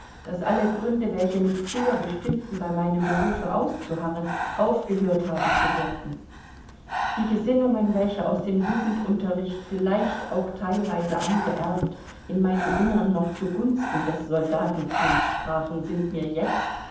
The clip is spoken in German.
daß alle gründe welche mich früher bestimmten bei meinem berufe auszuharren aufgehört haben zu wirken die gesinnungen welche aus dem jugendunterricht vielleicht auch teilweise angeerbt in meinem innern noch zu gunsten des soldatentums sprachen sind mir jetzt